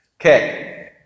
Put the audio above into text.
Okay